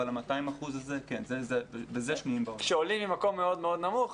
אבל ה-200% הזה בזה שניים בעולם.